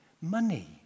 money